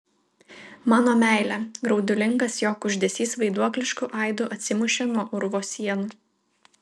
mano meile graudulingas jo kuždesys vaiduoklišku aidu atsimušė nuo urvo sienų